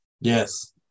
Yes